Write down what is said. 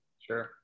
sure